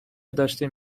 داشتیم